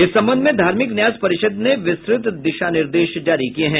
इस संबंध में धार्मिक न्यास परिषद ने विस्तृत निर्देश जारी किया है